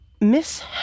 Miss